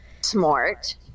Smart